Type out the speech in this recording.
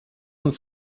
uns